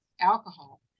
alcohol